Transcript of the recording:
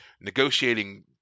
negotiating